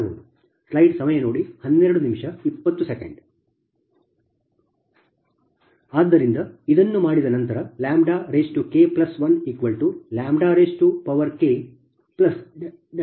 ಆದ್ದರಿಂದ ಇದನ್ನು ಮಾಡಿದ ನಂತರ K1KK ಇದು ಸಮೀಕರಣ 65 ಆಗಿದೆ